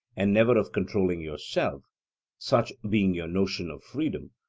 and never of controlling yourself such being your notion of freedom,